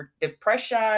depression